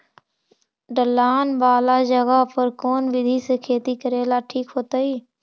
ढलान वाला जगह पर कौन विधी से खेती करेला ठिक होतइ?